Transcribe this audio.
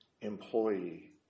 employee